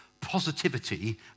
positivity